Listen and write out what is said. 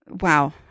wow